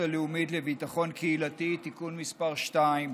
הלאומית לביטחון קהילתי (תיקון מס' 2),